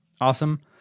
Awesome